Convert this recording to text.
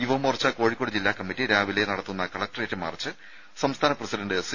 യുവമോർച്ച കോഴിക്കോട് ജില്ലാ കമ്മിറ്റി രാവിലെ നടത്തുന്ന കലക്ടറേറ്റ് മാർച്ച് സംസ്ഥാന പ്രസിഡന്റ് സി